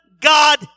god